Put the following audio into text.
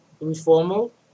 informal